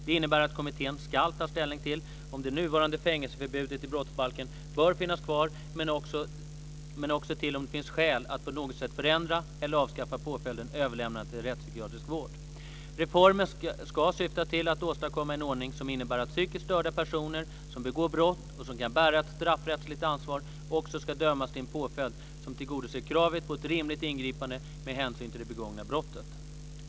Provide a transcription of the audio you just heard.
Det innebär att kommittén ska ta ställning till om det nuvarande fängelseförbudet i brottsbalken bör finnas kvar men också till om det finns skäl att på något sätt förändra eller avskaffa påföljden överlämnande till rättspsykiatrisk vård. Reformen ska syfta till att åstadkomma en ordning som innebär att psykiskt störda personer som begår brott och som kan bära ett straffrättsligt ansvar också ska dömas till en påföljd som tillgodoser kravet på ett rimligt ingripande med hänsyn till det begångna brottet.